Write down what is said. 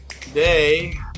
today